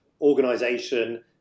organization